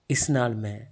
ਇਸ ਨਾਲ ਮੈਂ